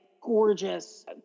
gorgeous